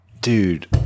dude